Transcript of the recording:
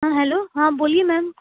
ہاں ہلو ہاں بولیے میم